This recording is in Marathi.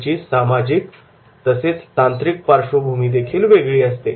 त्यांची सामाजिक तसेच तांत्रिक पार्श्वभूमीदेखील वेगळी असते